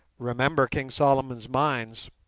remember king solomon's mines